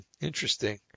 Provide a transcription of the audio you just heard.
Interesting